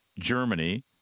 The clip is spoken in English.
Germany